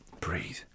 breathe